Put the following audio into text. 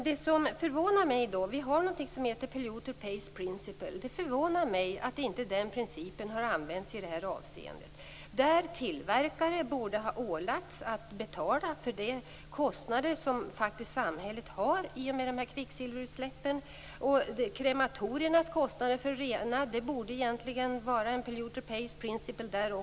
Det finns något som heter polluter pays principle. Det förvånar mig att den principen inte har använts i det här avseendet. Tillverkare borde ha ålagts att betala de kostnader som samhället får i samband med kvicksilverutsläppen. Krematoriernas kostnader för att rena borde täckas av en polluter pays principle.